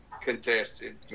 contested